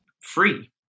free